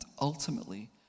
ultimately